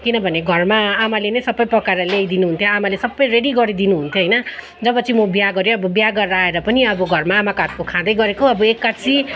किनभने घरमा आमाले नै सबै पकाएर ल्याइदिनु हुन्थ्यो आमाले सबै रेडी गरिदिनु हुन्थ्यो होइन जब चाहिँ म बिहा गरे बिहा गरेर आएर पनिअब घरमा आमाको हातको खाँदै गरेको अब एक्कासी